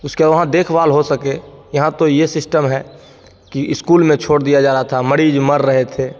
उसके वहाँ देखभाल हो सके यहाँ तो ये सिस्टम में कि इस्कूल में छोड़ दिया जा रहा था मरीज मर रहे थे